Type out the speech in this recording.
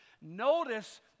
Notice